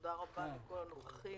תודה לכל הנוכחים,